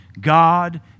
God